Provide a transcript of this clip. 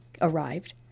arrived